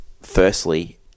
firstly